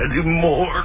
anymore